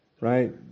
right